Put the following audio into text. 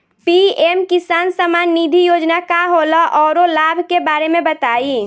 PM किसान सम्मान निधि योजना का होला औरो लाभ के बारे में बताई?